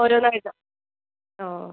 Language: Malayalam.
ഒരെണം ആയിട്ട് ആ